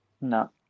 No